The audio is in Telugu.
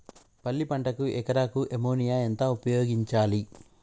పల్లి పంటకు ఎకరాకు అమోనియా ఎంత ఉపయోగించాలి?